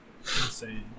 Insane